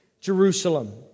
Jerusalem